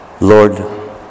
Lord